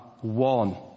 one